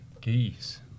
geese